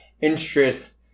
interest